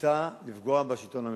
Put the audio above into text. היתה לפגוע בשלטון המקומי,